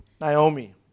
naomi